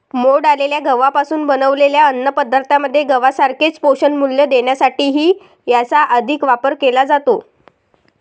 मोड आलेल्या गव्हापासून बनवलेल्या अन्नपदार्थांमध्ये गव्हासारखेच पोषणमूल्य देण्यासाठीही याचा अधिक वापर केला जातो